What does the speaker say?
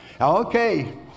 okay